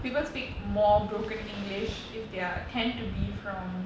people speak more broken english if there are tend to be from